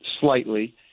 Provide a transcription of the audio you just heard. slightly